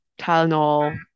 Tylenol